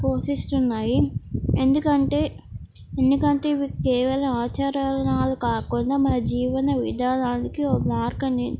పోషిస్తున్నాయి ఎందుకంటే ఎందుకంటే ఇవి కేవలం ఆచారణలు కాకుండా మన జీవన విధానానికి ఒక మార్గని